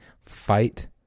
Fight